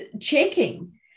checking